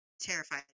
terrified